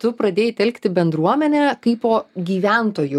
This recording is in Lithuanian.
tu pradėjai telkti bendruomenę kaipo gyventojų